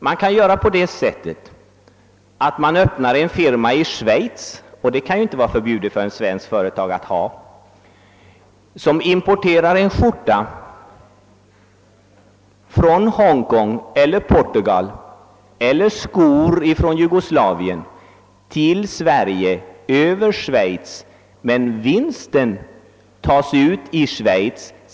Man kan göra på det sättet att man öppnar en firma i Schweiz — något sådant är ju inte förbjudet för ett svenskt företag — som importerar en skjorta från Hongkong eller Portugal, eller skor från Jugoslavien, till Sverige över Schweiz. Vinsten tas ut i Schweiz.